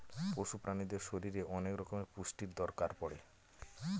পশু প্রাণীদের শরীরে অনেক রকমের পুষ্টির দরকার পড়ে